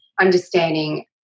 understanding